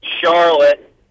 Charlotte